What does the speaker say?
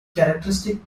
characteristic